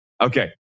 Okay